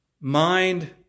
Mind